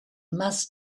must